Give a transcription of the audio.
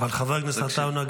אבל חבר הכנסת עטאונה,